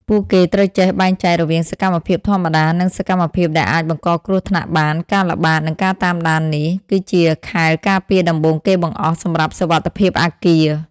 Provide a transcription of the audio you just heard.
ពួកគេត្រូវចេះបែងចែករវាងសកម្មភាពធម្មតា និងសកម្មភាពដែលអាចបង្កគ្រោះថ្នាក់បាន ការល្បាត និងការតាមដាននេះ គឺជាខែលការពារដំបូងគេបង្អស់សម្រាប់សុវត្ថិភាពអគារ។